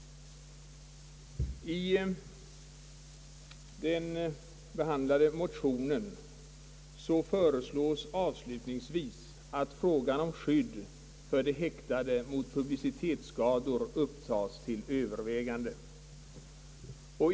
I den behandlade motionen föreslås avslutningsvis att frågan om skydd för de häktade mot publicitetsskador upptages till övervägande.